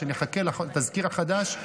שנחכה לתזכיר החדש,